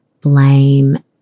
blame